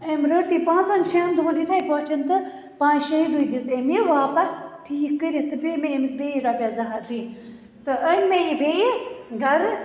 أمۍ رٔٹ یہِ پانٛژَن شیٚن دۅہَن یِتھٕے پٲٹھۍ تہٕ پانٛژِ شیٚیہِ دۅہۍ دِژ تٔمۍ یہِ واپَس ٹھیٖکھ کٔرِتھ تہٕ پیٚیہِ مےٚ أمِس بیٚیہِ رۄپیَس زٕ ہتھ دِنۍ تہٕ أنۍ مےٚ یہِ بیٚیہِ گَرٕ